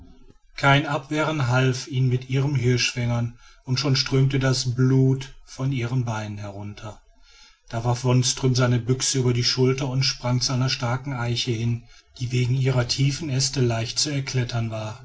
kein abwehren half mit ihren hirschfängern und schon strömte das blut von ihren beinen herunter da warf wonström seine büchse über die schulter und sprang zu einer starken eiche hin die wegen ihrer tiefen äste leicht zu erklettern war